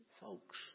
folks